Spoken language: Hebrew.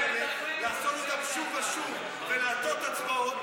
באמת, תדאג שהוא ירד מהבמה.